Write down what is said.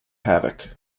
havoc